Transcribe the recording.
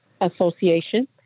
association